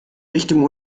richtung